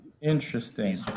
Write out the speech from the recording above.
interesting